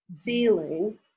feeling